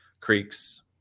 creeks